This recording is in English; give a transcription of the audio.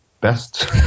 best